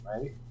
right